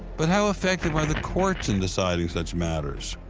but how effective are the courts in deciding such matters?